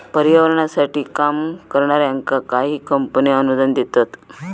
पर्यावरणासाठी काम करणाऱ्यांका काही कंपने अनुदान देतत